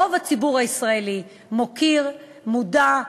רוב הציבור הישראלי מוקיר, מודע,